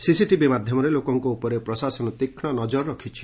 CCTV ମାଧ୍ଧମରେ ଲୋକଙ୍କ ଉପରେ ପ୍ରଶାସନ ତୀକ୍ଷ୍ଣ ନକର ରଖିଛି